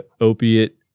opiate